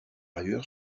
ailleurs